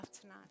tonight